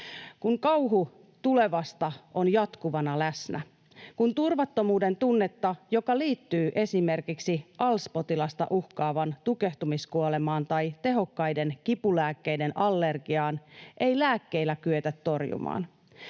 Kun kauhu tulevasta on jatkuvana läsnä. Kun turvattomuuden tunnetta, joka liittyy esimerkiksi ALS-potilasta uhkaavaan tukehtumiskuolemaan tai tehokkaiden kipulääkkeiden allergiaan, ei lääkkeillä kyetä torjumaan.